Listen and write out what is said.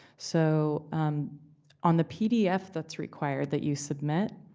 so on the pdf that's required that you submit,